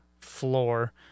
floor